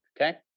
okay